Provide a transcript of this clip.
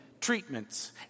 treatments